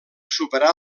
superar